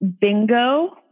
bingo